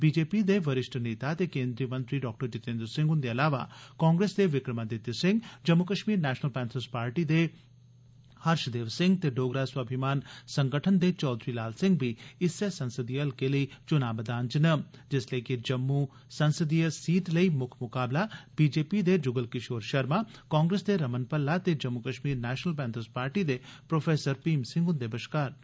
BJP दे वरिष्ठ नेता ते केन्द्रीय मंत्री डाक्टर जीतेन्द्र सिंह हंदे अलावा कांग्रेस दे Vikramaditya Singh Jammu Kashmir national panthers party दे हर्श देव सिंह ते डोगरा स्वाभिमान संगठन दे चौधरी लाल सिंह बी इस्सै संसदी हलके लेई च्नां मैदान च न जिल्ले के जम्मू संसदीय सीट लेई म्क्ख म्काबला बीजेपी दे ज्गल किशोर शर्मा कांग्रेस दे रमण भल्ला ते Jammu Kashmir national panthers party दे प्रोफेसर भीम सिंह हंदे दरम्यान मन्नेआ जा' रदा ऐ